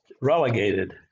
relegated